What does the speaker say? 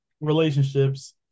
relationships